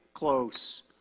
Close